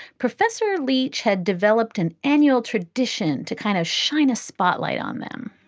professor leach had developed an annual tradition to kind of shine a spotlight on them